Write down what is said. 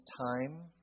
time